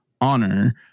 honor